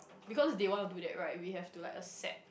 because they want of do that right we have to like accept